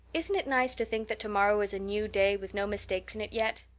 isn't it nice to think that tomorrow is a new day with no mistakes in it yet?